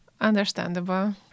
Understandable